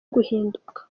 guhinduka